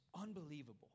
unbelievable